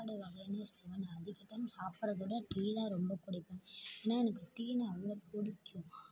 சாப்பாடு வகைன்னே சொல்லாம் நான் அதிக டைம் சாப்பிடுறத விட டீதான் ரொம்ப பிடிக்கும் ஏன்னால் எனக்கு டீன்னால் அவ்வளோ பிடிக்கும்